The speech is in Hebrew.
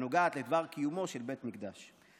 הנוגעת לדבר קיומו של בית מקדש.